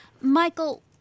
Michael